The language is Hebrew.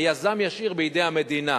היזם ישאיר בידי המדינה.